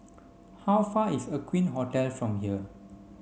how far is Aqueen Hotel from here